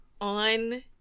on